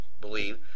believe